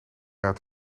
uit